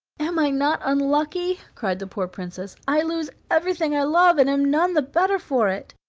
am i not unlucky? cried the poor princess i lose everything i love, and am none the better for it.